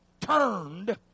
turned